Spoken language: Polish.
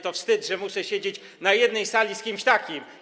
To wstyd, że muszę siedzieć w jednej sali z kimś takim.